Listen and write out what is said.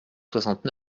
soixante